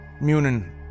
Munin